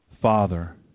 Father